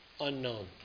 unknown